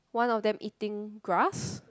one of them eating grass